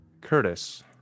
curtis